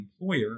employer